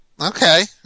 Okay